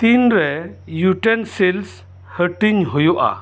ᱛᱤᱱ ᱨᱮ ᱤᱭᱩᱴᱮᱱᱥᱮᱞᱥ ᱦᱟᱹᱴᱤᱧ ᱦᱩᱭᱩᱜᱼᱟ